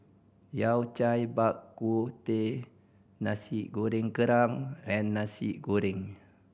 Yao Cai Bak Kut Teh Nasi Goreng Kerang and Nasi Goreng